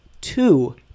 two